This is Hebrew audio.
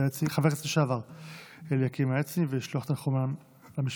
לשעבר אליקים העצני ולשלוח תנחומים למשפחה.